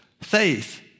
faith